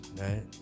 right